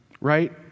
right